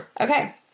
Okay